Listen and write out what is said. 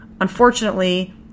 Unfortunately